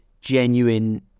genuine